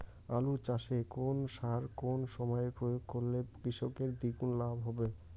আলু চাষে কোন সার কোন সময়ে প্রয়োগ করলে কৃষকের দ্বিগুণ লাভ হবে?